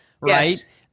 right